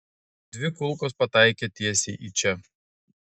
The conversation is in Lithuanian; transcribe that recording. dvi kulkos pataikė tiesiai į čia